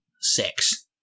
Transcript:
six